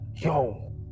yo